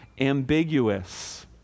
ambiguous